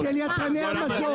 רק של יצרני המזון.